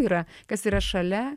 yra kas yra šalia